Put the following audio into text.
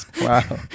Wow